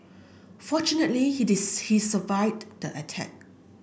fortunately he did he survived the attack